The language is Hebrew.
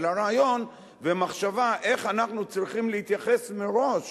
אלא רעיון ומחשבה איך אנחנו צריכים להתייחס מראש